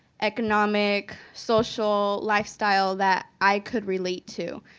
economic, social life style that i could relate to.